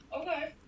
Okay